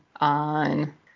on